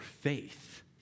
faith